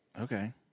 okay